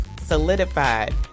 solidified